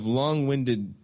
long-winded